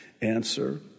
answer